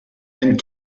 and